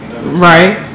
right